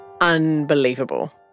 unbelievable